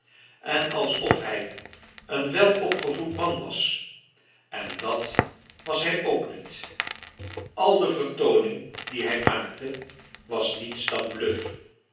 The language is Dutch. en alsof hij een welopgevoed man was en dat was hij ook niet al de vertooning die hij maakte was niets dan bluf